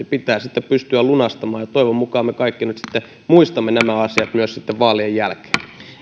pitää sitten pystyä lunastamaan toivon mukaan me kaikki nyt sitten muistamme nämä asiat myös vaalien jälkeen